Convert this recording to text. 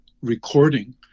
recording